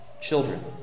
children